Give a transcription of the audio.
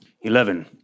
Eleven